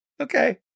okay